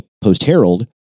Post-Herald